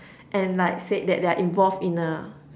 and like said that they're involved in a